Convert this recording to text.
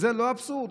זה לא אבסורד?